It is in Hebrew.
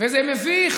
וזה מביך